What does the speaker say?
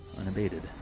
unabated